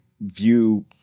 view